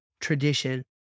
tradition